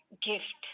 gift